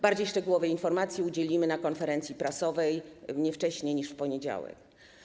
Bardziej szczegółowej informacji udzielimy na konferencji prasowej nie wcześniej niż w poniedziałek.